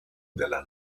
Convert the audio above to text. della